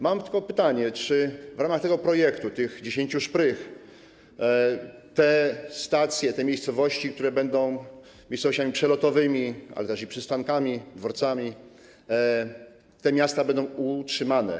Mam tylko pytanie: Czy w ramach tego projektu, tych 10 szprych, te stacje, te miejscowości, które będą miejscowościami przelotowymi, ale też przystankami, dworcami, będą utrzymane?